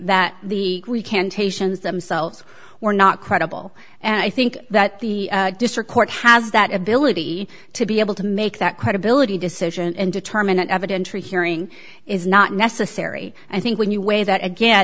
that the we can take themselves or not credible and i think that the district court has that ability to be able to make that credibility decision and determine evidence for hearing is not necessary and i think when you weigh that again